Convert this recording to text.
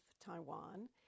Taiwan